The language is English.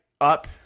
up